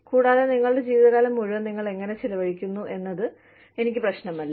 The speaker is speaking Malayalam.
കൂടാതെ നിങ്ങളുടെ ജീവിതകാലം മുഴുവൻ നിങ്ങൾ എങ്ങനെ ചെലവഴിക്കുന്നു എന്നത് എനിക്ക് പ്രശ്നമല്ല